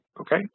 Okay